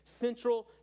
central